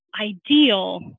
ideal